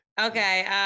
Okay